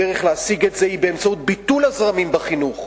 הדרך להשיג את זה היא באמצעות ביטול הזרמים בחינוך,